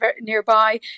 nearby